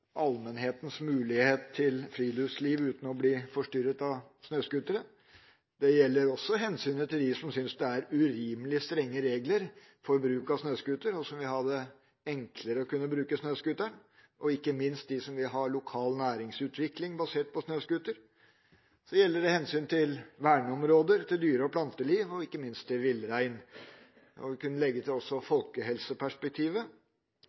allmennhetens mulighet til friluftsliv uten å bli forstyrret av snøscootere. Det gjelder også hensynet til dem som syns det er urimelig strenge regler for bruk av snøscooter, og som vil gjøre det enklere å bruke den. Ikke minst er det dem som vil ha lokal næringsutvikling basert på snøscooter. Så gjelder det hensynet til verneområder, til dyre- og planteliv, og ikke minst til villrein. Vi kunne også legge til